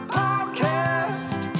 podcast